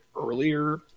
earlier